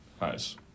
Nice